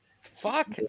Fuck